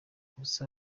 gusa